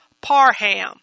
Parham